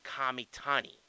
Kamitani